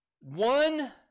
one